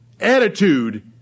attitude